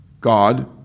God